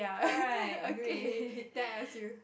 alright great